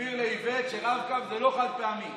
תסביר לאיווט שרב-קו זה לא חד-פעמי.